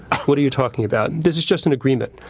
what are you talking about? this is just an agreement.